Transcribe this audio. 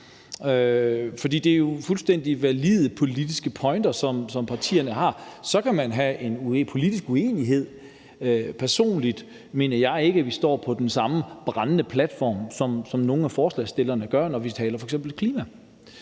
Det er jo fuldstændig valide politiske pointer, som partierne har. Så kan man have en politisk uenighed. Personligt mener jeg ikke, vi står på den samme brændende platform, som nogle af forslagsstillerne mener, når vi taler f.eks. klima.